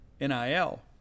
NIL